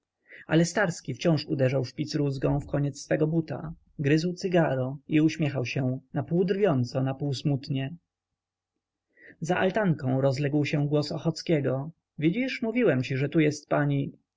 ale starski wciąż uderzał szpierózgą w koniec swego buta gryzł cygaro i uśmiechał się napół drwiąco napół smutnie za altanką rozległ się głos ochockiego widzisz mówiłem ci że tu jest pani